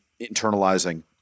internalizing